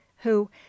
who